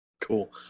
Cool